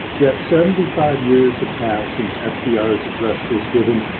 yet seventy five years have passed since f d r's address was given,